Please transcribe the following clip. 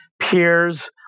peers